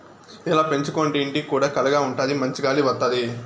ఇలా పెంచుకోంటే ఇంటికి కూడా కళగా ఉంటాది మంచి గాలి వత్తది